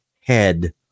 head